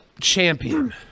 Champion